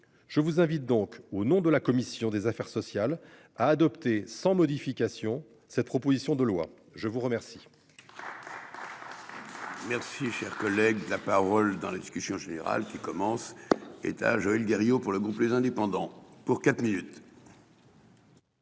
Je vous invite donc au nom de la commission des affaires sociales a adopté sans modification. Cette proposition de loi, je vous remercie.